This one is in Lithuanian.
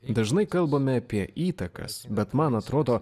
dažnai kalbame apie įtakas bet man atrodo